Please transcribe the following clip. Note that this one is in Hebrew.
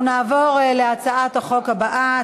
אנחנו נעבור להצעת החוק הבאה,